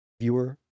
viewer